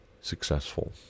successful